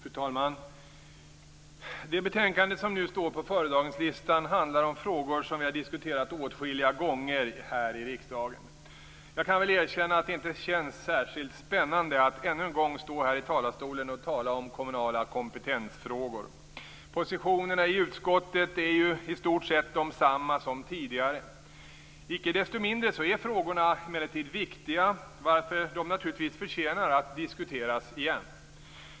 Fru talman! Det betänkande som nu står på föredragningslistan handlar om frågor som vi har diskuterat åtskilliga gånger här i riksdagen. Jag kan väl erkänna att det inte känns särskilt spännande att ännu en gång stå här i talarstolen och tala om kommunala kompetensfrågor. Positionerna i utskottet är ju i stort sett desamma som tidigare. Icke desto mindre är frågorna viktiga, varför de naturligtvis förtjänar att diskuteras igen.